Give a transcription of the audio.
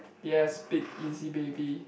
yes big easy baby